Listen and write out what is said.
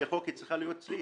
לפי החוק היא צריכה להיות אצלי.